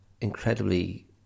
incredibly